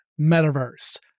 metaverse